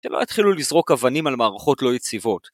שלא יתחילו לזרוק אבנים על מערכות לא יציבות.